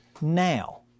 Now